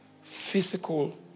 physical